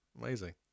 amazing